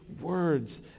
words